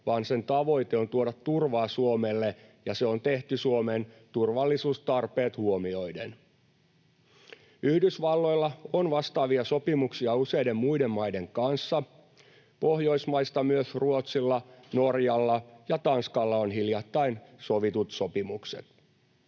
vaan sen tavoite on tuoda turvaa Suomelle ja se on tehty Suomen turvallisuustarpeet huomioiden. Yhdysvalloilla on vastaavia sopimuksia useiden muiden maiden kanssa. Pohjoismaista myös Ruotsilla, Norjalla ja Tanskalla on hiljattain sovitut sopimukset.